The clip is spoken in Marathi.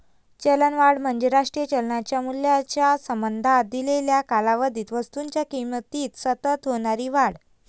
चलनवाढ म्हणजे राष्ट्रीय चलनाच्या मूल्याच्या संबंधात दिलेल्या कालावधीत वस्तूंच्या किमतीत सतत होणारी वाढ